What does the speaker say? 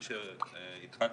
בשעה